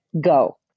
go